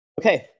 okay